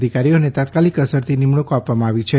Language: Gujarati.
અધિકારીઓને તાત્કાલિક અસરથી નિમણૂંકો આપવામાં આવી છે